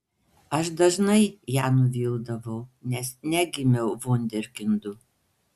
aš dažnai ją nuvildavau nes negimiau vunderkindu